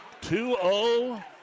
2-0